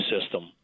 system